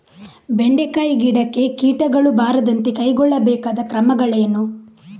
ಬೆಂಡೆಕಾಯಿ ಗಿಡಕ್ಕೆ ಕೀಟಗಳು ಬಾರದಂತೆ ಕೈಗೊಳ್ಳಬೇಕಾದ ಕ್ರಮಗಳೇನು?